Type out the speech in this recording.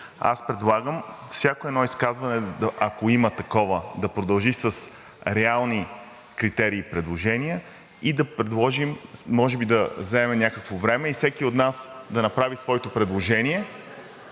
Аз предлагам всяко едно изказване, ако има такова, да продължи с реални критерии и предложения и да предложим, може би да вземем някакво време и всеки от нас да направи своето предложение,